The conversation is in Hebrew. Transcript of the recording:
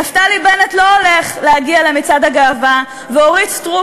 נפתלי בנט לא הולך להגיע למצעד הגאווה ואורית סטרוק